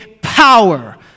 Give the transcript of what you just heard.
power